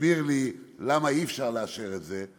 מסביר לי למה אי-אפשר לאשר את זה,